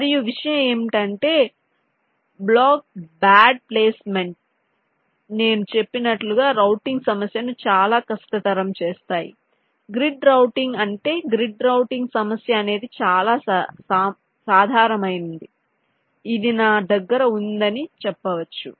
మరియు విషయం ఏమిటంటే బ్లాక్ బాడ్ ప్లేస్మెంట్స్ నేను చెప్పినట్లుగా రౌటింగ్ సమస్యను చాలా కష్టతరం చేస్తాయి గ్రిడ్ రౌటింగ్ అంటే గ్రిడ్ రౌటింగ్ సమస్య అనేది చాలా సాధారణమైంది ఇది నా దగ్గర ఉందని చెప్పవచ్చు